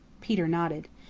peter nodded.